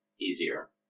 easier